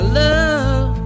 love